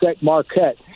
Marquette